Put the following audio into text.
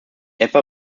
etwa